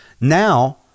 Now